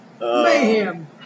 mayhem